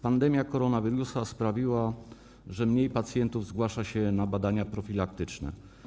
Pandemia koronawirusa sprawiła, że mniej pacjentów zgłasza się na badania profilaktyczne.